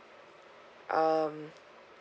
um